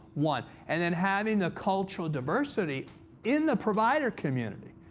one, and then having the cultural diversity in the provider community.